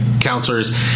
counselors